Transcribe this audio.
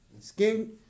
Skin